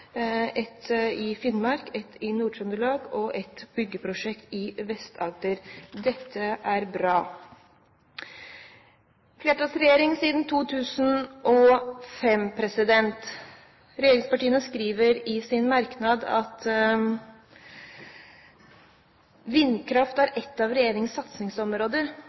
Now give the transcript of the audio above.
i Finnmark, ett i Nord-Trøndelag og ett byggeprosjekt i Vest-Agder. Dette er bra. Flertallsregjering siden 2005: Regjeringspartiene skriver i sin merknad at vindkraft er et av regjeringens satsingsområder. Jeg håper egentlig at vindkraft ikke er et av regjeringens satsingsområder,